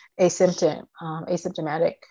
asymptomatic